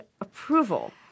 approval